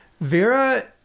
Vera